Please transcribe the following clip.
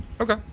Okay